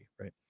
right